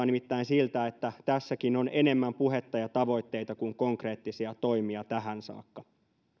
nimittäin siltä että tässäkin on enemmän puhetta ja tavoitteita kuin konkreettisia toimia tähän saakka